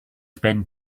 spend